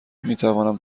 میتوانم